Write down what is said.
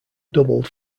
doubled